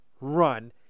run